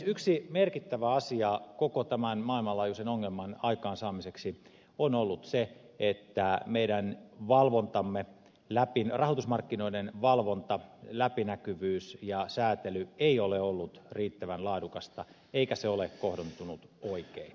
yksi merkittävä asia koko tämän maailmanlaajuisen ongelman aikaansaamiseksi on ollut se että rahoitusmarkkinoiden valvonta läpinäkyvyys ja säätely ei ole ollut riittävän laadukasta eikä se ole kohdentunut oikein